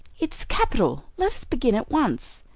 it's capital let us begin at once.